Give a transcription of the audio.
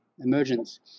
emergence